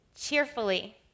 cheerfully